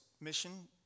mission